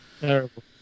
Terrible